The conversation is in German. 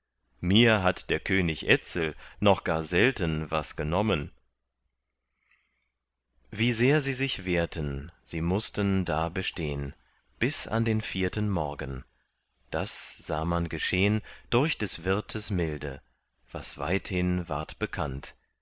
mir hat der könig etzel noch gar selten was genommen wie sehr sie sich wehrten sie mußten da bestehn bis an den vierten morgen da sah man geschehn durch des wirtes milde was weithin ward bekannt